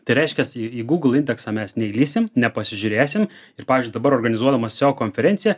tai reiškia į google indeksą mes neįlįsim nepasižiūrėsim ir pavyzdžiui dabar organizuodamas seo konferenciją